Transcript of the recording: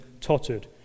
tottered